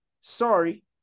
Sorry